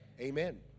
Amen